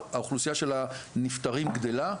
האוכלוסייה של הנפטרים גדלה,